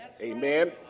Amen